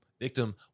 Victim